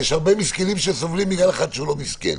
יש הרבה מסכנים שסובלים בגלל אחד שהוא לא מסכן,